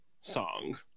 song